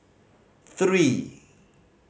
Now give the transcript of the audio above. three